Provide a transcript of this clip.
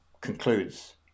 concludes